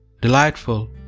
delightful